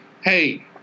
hey